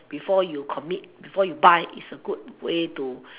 before you commit before you buy it's a good way to